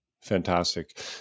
Fantastic